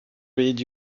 read